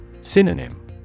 Synonym